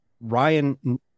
ryan